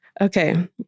Okay